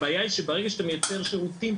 הבעיה היא שברגע שאתה מייצר שירותים,